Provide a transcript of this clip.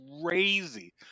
crazy